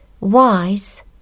wise